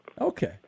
Okay